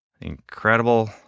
Incredible